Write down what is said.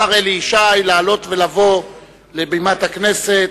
השר אלי ישי, לעלות ולבוא לבימת הכנסת.